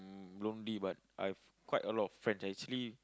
lonely but I've quite a lot of friends I actually